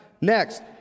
Next